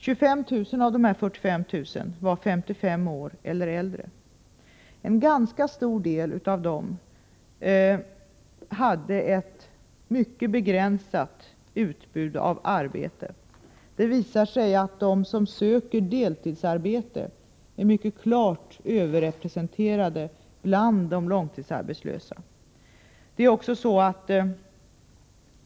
25 000 av de 45 000 var 55 år eller äldre. För en ganska stor del av dem fanns det ett mycket begränsat utbud av arbete. Det visar sig att de som söker deltidsarbete är mycket klart överrepresenterade bland de långtidsarbetslösa.